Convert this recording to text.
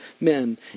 men